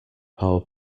power